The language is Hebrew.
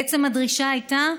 בעצם, הדרישה הייתה: